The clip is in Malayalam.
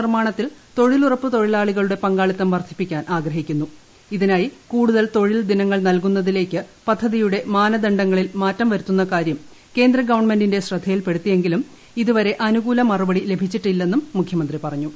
നിർമ്മാണത്തിൽ തൊഴിലുറപ്പ് തൊഴിലാളികളുടെ നവകേരള പങ്കാളിത്തം വർദ്ധിപ്പിക്കാൻ ആഗ്രഹിക്കുന്നു ഇതിനായി കൂടുതൽ തൊഴിൽദിനങ്ങൾ നൽകുന്നതിലേക്ക് പദ്ധതിയുടെ മാനദണ്ഡങ്ങളിൽ മാറ്റം വരുത്തുന്നകാര്യം കേന്ദ്ര ഗവൺമെന്റെിൻെറ ശ്രദ്ധയിൽപ്പെടുത്തിയെങ്കിലും ഇതുവരെ അനുകൂല മറുപടി ലഭിച്ചിട്ടില്ലെന്നും മുഖ്യമന്ത്രി പറഞ്ഞു